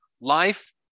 Life